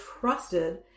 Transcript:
trusted